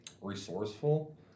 resourceful